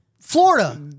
Florida